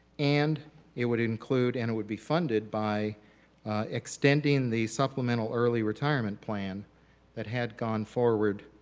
and it would include and it would be funded by extending the supplemental early retirement plan that had gone forward